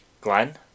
Glenn